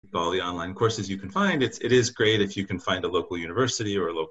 ‫בכל הקורסים המקוונים שאתה יכול ‫למצוא, זה נהדר אם אתה יכול למצוא ‫אוניברסיטה מקומית או...